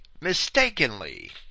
mistakenly